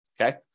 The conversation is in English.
okay